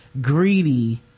greedy